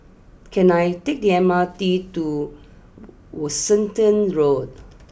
can I take the M R T to Worcester Road